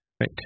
right